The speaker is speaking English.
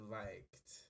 liked